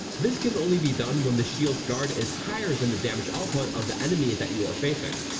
this can only be done when the shield guard is higher than the damage output of the enemy that you are facing.